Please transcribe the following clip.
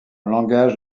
langage